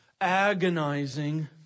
agonizing